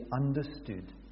understood